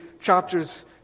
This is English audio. chapters